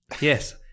Yes